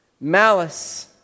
malice